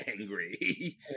angry